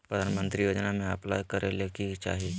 प्रधानमंत्री योजना में अप्लाई करें ले की चाही?